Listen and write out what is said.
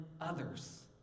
others